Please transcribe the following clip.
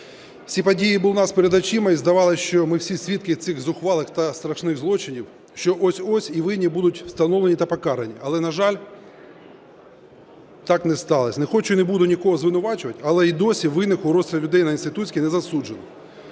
Ці події були в нас перед очима, і здавалося, що ми всі свідки цих зухвалих та страшних злочинів, що ось-ось - і винні будуть встановлені та покарані. Але, на жаль, так не сталося. Не хочу і не буду нікого звинувачувати, але і досі винних у розстрілі людей на Інститутській не засуджено.